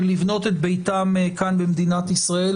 לבנות את ביתם כאן במדינת ישראל,